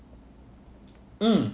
mm